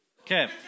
Okay